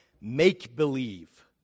make-believe